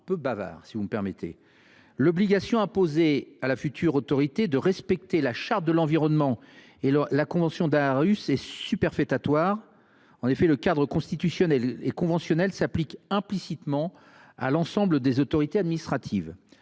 peu bavard, si vous me permettez l’expression. L’obligation imposée à la future autorité de respecter la Charte de l’environnement et la convention d’Aarhus est superfétatoire : le cadre constitutionnel et conventionnel s’applique implicitement à l’ensemble des autorités administratives.